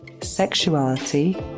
sexuality